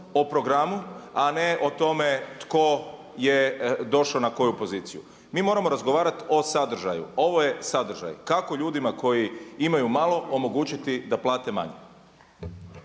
o programu a ne o tome tko je došao na koju poziciju. Mi moramo razgovarati o sadržaju. Ovo je sadržaj kako ljudima koji imaju malo omogućiti da plate manje.